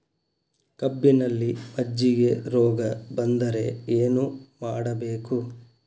ಕಬ್ಬಿನಲ್ಲಿ ಮಜ್ಜಿಗೆ ರೋಗ ಬಂದರೆ ಏನು ಮಾಡಬೇಕು?